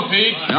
Pete